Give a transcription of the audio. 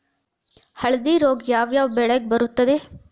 ಹಳದಿ ರೋಗ ಯಾವ ಯಾವ ಬೆಳೆಗೆ ಬರುತ್ತದೆ?